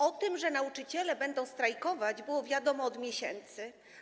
O tym, że nauczyciele będą strajkować, było wiadomo od miesięcy.